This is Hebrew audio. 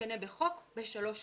משתנה בחוק בשלוש קריאות.